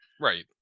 right